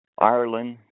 Ireland